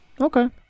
okay